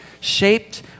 shaped